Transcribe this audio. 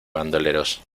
bandoleros